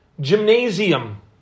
Gymnasium